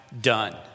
done